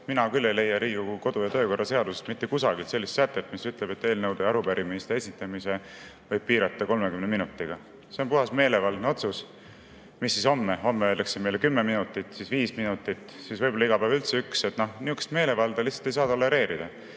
Mina küll ei leia Riigikogu kodu- ja töökorra seadusest mitte kusagilt sellist sätet, mis ütleb, et eelnõude ja arupärimiste esitamise võib piirata 30 minutiga. See on puhas meelevaldne otsus. Mis siis homme? Homme öeldakse meile kümme minutit, siis viis minutit, siis võib-olla iga päev üldse üks – sellist meelevaldsust lihtsalt ei saa tolereerida.